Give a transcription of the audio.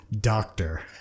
Doctor